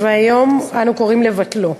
והיום אנו קוראים לבטלו.